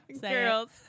Girls